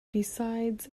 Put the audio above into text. besides